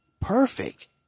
Perfect